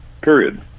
Period